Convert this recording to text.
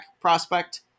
prospect